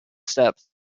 steps